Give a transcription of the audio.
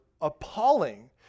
appalling